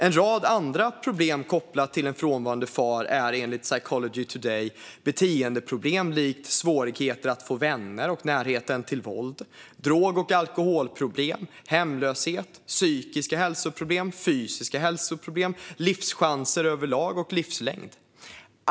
En rad andra problem kopplade till en frånvarande far är enligt Psychology Today beteendeproblem, svårigheter att få vänner, våld, drog och alkoholproblem, hemlöshet, psykiska hälsoproblem, fysiska hälsoproblem, dåliga livschanser överlag och kort livslängd.